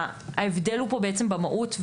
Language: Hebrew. ההבדל פה הוא במהות,